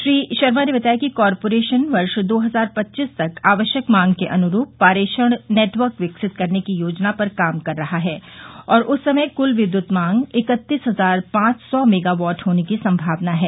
श्री शर्मा ने बताया कि कारपोरेशन वर्ष दो हजार पच्चीस तक आवश्यक मांग के अनुरूप पारेषण नेटवर्क विकसित करने की योजना पर कार्य कर रहा है और उस समय कुल विद्युत मांग इकत्तीस हजार पांच सौ मेगावाट होने की संभावना है